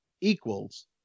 equals